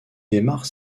démarre